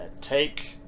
take